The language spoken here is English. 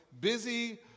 busy